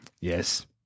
yes